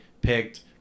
picked